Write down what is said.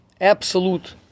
absolute